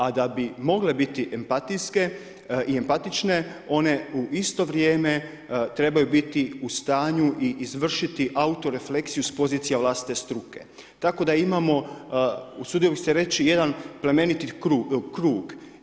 A da bi mogle biti empatijske i empatične one u isto vrijeme trebaju biti u stanju i izvršiti auto refleksiju s pozicije vlastite struke, tako da imamo usudio bih se reći jedan plemeniti krug.